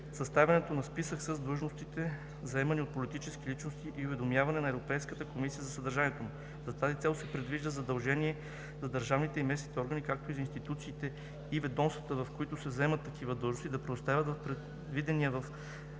съставянето на списък с длъжностите, заемани от политически личности, и уведомяване на Европейската комисия за съдържанието му. За тази цел се предвижда задължение за държавните и местните органи, както и за институциите и ведомствата, в които се заемат такива длъжности, да предоставят в предвидения в